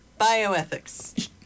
bioethics